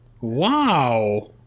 wow